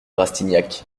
rastignac